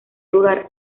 lugar